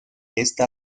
esta